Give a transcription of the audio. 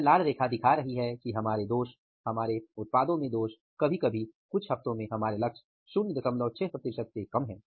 यह लाल रेखा दिखा रही है कि हमारे दोष कभी कभी कुछ हफ्तों में हमारे लक्ष्य 06 प्रतिशत से कम है